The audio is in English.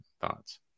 thoughts